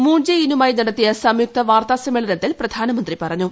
moon Jae ഇന്നുമായി നടത്തിയ സംയുക്ത വാർത്താ സമ്മേളനത്തിൽ പ്രധാനമന്ത്രി പറഞ്ഞു